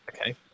okay